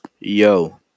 Yo